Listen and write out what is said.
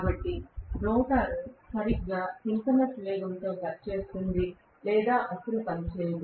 కాబట్టి రోటర్ సరిగ్గా సింక్రోనస్ వేగంతో పనిచేస్తుంది లేదా అస్సలు పనిచేయదు